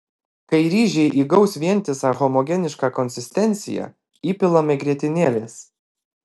kai ryžiai įgaus vientisą homogenišką konsistenciją įpilame grietinėlės